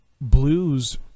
blues